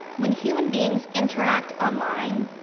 when human beings interact online,